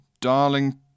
Darling